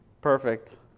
Perfect